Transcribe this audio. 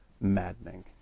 maddening